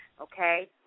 Okay